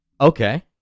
Okay